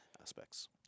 aspects